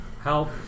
Help